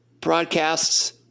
broadcasts